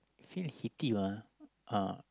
feel heaty mah uh